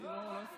יוסי לא הפריע.